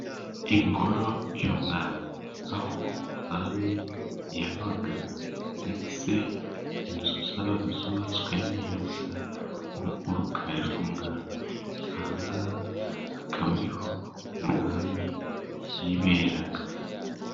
Ingoro y'umwami aho umwami yabaga, ndetse ni inzu zabaga zubatswe neza, nko mu rukari rw'umwami. Ahangaha hakaba ari ho umwami yiberaga.